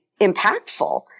impactful